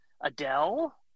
Adele